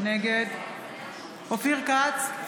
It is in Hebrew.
נגד אופיר כץ,